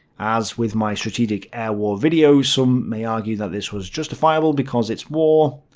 as with my strategic air war video, some may argue that this was justifiable because it's war.